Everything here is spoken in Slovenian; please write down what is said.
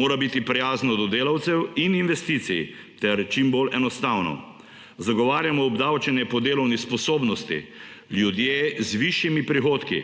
Mora biti prijazno do delavcev in investicij ter čim bolj enostavno. Zagovarjamo obdavčenje po delovni sposobnosti. Ljudje z višjimi prihodki